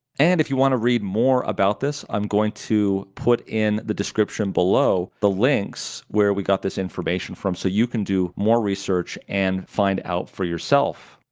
and if you want to read more about this, i'm going to put in the description below the links where we got this information from, so you can do more research and find out for yourself.